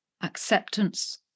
acceptance